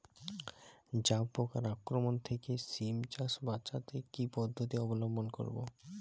জাব পোকার আক্রমণ থেকে সিম চাষ বাচাতে কি পদ্ধতি অবলম্বন করব?